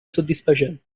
soddisfacenti